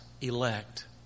elect